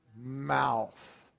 mouth